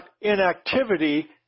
inactivity